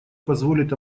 позволит